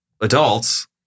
adults